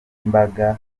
n’imbaga